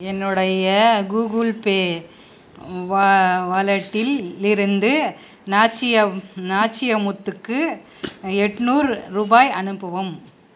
என்னுடைய Google Pay வாலட்டிலிருந்து நாச்சியமுத்துக்கு எட்நூறு ரூபாய் அனுப்பவும்